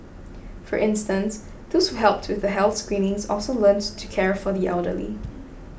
for instance those who helped with the health screenings also learnt to care for the elderly